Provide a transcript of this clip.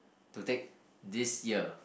to take this year